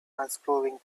unscrewing